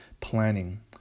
planning